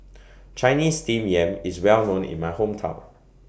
Chinese Steamed Yam IS Well known in My Hometown